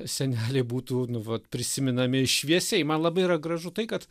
seneliai būtų nu vat prisimenami šviesiai man labai yra gražu tai kad